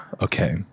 Okay